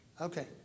Okay